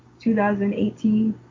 2018